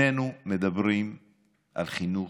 שנינו מדברים על חינוך,